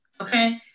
Okay